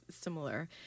similar